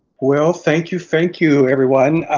well, thank you, thank you, everyone.